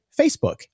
Facebook